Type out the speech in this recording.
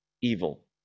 evil